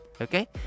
okay